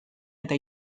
eta